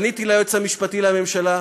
פניתי אל היועץ המשפטי לממשלה,